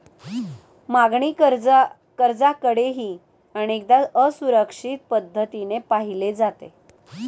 मागणी कर्जाकडेही अनेकदा असुरक्षित पद्धतीने पाहिले जाते